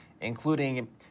including